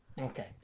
Okay